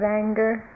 anger